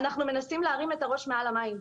אנחנו מנסים להרים את הראש מעל למים.